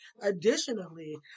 additionally